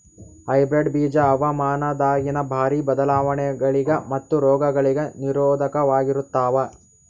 hybrid ಬೀಜ ಹವಾಮಾನದಾಗಿನ ಭಾರಿ ಬದಲಾವಣೆಗಳಿಗ ಮತ್ತು ರೋಗಗಳಿಗ ನಿರೋಧಕವಾಗಿರುತ್ತವ